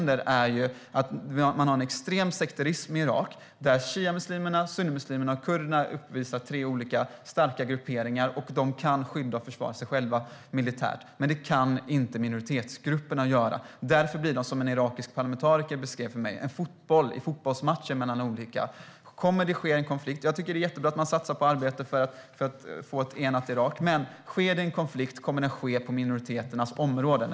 Det finns en extrem sekterism i Irak där shiamuslimerna, sunnimuslimerna och kurderna är tre olika starka grupperingar. De kan skydda och försvara sig själva militärt. Men det kan inte minoritetsgrupperna göra. Därför blir det som en irakisk parlamentariker beskrev det för mig: De blir fotbollar i fotbollsmatcher mellan olika grupper. Jag tycker att det är jättebra att man satsar på att arbeta för ett enat Irak, men om det uppstår en konflikt kommer den att ske på minoriteternas områden.